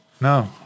No